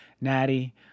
Natty